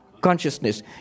consciousness